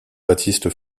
baptiste